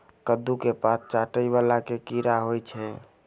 कद्दू केँ पात चाटय वला केँ कीड़ा होइ छै?